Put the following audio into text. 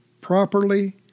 properly